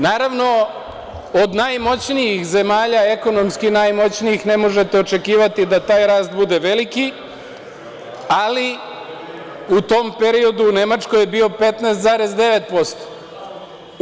Naravno, od najmoćnijih zemalja, ekonomski najmoćnijih, ne možete očekivati da taj rast bude veliki, ali u tom periodu u Nemačkoj je bio 15,9%